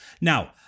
Now